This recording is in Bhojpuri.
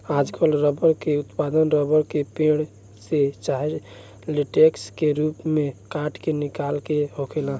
आजकल रबर के उत्पादन रबर के पेड़, से चाहे लेटेक्स के रूप में काट के निकाल के होखेला